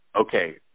okay